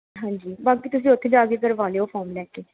ਹਾਂਜੀ ਬਾਕੀ ਤੁਸੀਂ ਉੱਥੇ ਜਾ ਕੇ ਕਰਵਾ ਲਿਓ ਫੋਮ ਲੈ ਕੇ